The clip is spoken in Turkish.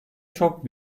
çok